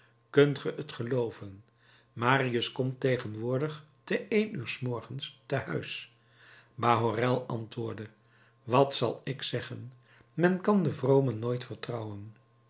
kunt ge het gelooven marius komt tegenwoordig te een uur s morgens te huis bahorel antwoordde wat zal ik zeggen men kan de vromen nooit vertrouwen